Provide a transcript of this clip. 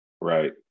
right